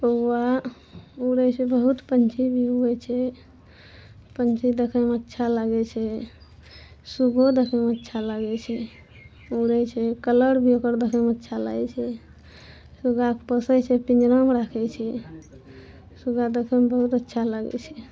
कौआ उड़ै छै तऽ बहुत पक्षी भी उड़ै छै पक्षी देखैमे अच्छा लागै छै सुगो देखैमे अच्छा लागै छै उड़ै छै कलर भी ओकर देखैमे अच्छा लागै छै सुगाक पोसै छै पिंजड़ोमे राखै छै सुगा देखैमे बहुत अच्छा लागै छै